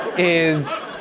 is